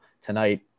tonight